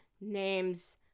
names